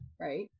right